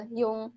yung